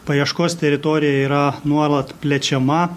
paieškos teritorija yra nuolat plečiama